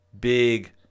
big